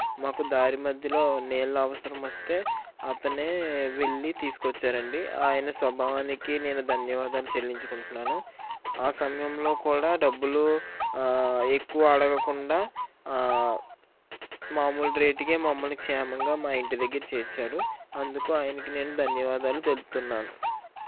మాకు దారి మధ్యలో నీళ్ళ అవసరం వస్తే అతను వెళ్ళి తీసుకు వచ్చారండి ఆయన స్వభావానికి నేను ధన్యవాదాలు చెల్లించుకుంటున్నాను ఆ సమయంలో కూడా డబ్బులు ఎక్కువ అడగకుండా మామూలు రేటుకి మమ్మల్ని క్షేమంగా మా ఇంటి దగ్గర చేర్చాడు అందుకు ఆయనకి నేను ధన్యవాదాలు తెలుపుతున్నాను